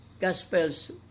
Gospels